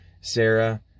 Sarah